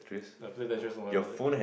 after Tetris